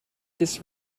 this